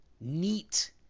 neat